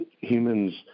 humans